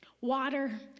Water